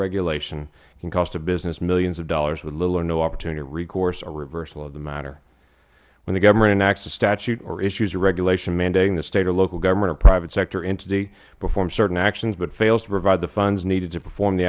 regulation can cost a business millions of dollars with little or no opportunity of recourse or reversal of the matter when the government enacts a statute or issues a regulation mandating that a state or local government or private sector entity perform certain actions but fails to provide the funds needed to perform the